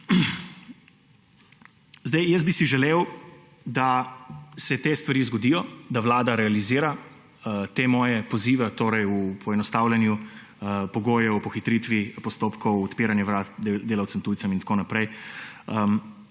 Jaz bi si želel, da se te stvari zgodijo, da vlada realizira te moje pozive v poenostavljanju pogojev, pohitritvi postopkov, odpiranju vrat delavcem tujcem in tako naprej,